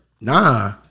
nah